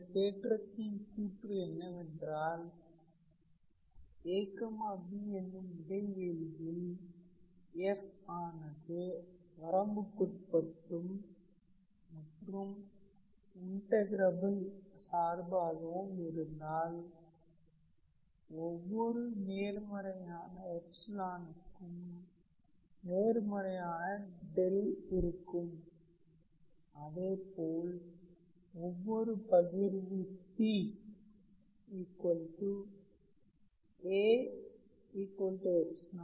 இந்த தேற்றத்தின் கூற்று என்னவென்றால் ab என்னும் இடைவெளியில் f ஆனது வரம்புக்குட்பட்டும் மற்றும் இன்டகிரபில் சார்பாகவும் இருந்தால் ஒவ்வொரு நேர்மறையானக்கும் நேர்மறையான 𝛿 இருக்கும் அதேபோல் ஒவ்வொரு பகிர்வு 𝑃 𝑎 x0x1